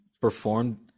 performed